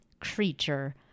creature